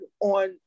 on